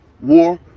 war